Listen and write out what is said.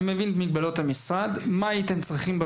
אני מבין את מגבלות המשרד, אנחנו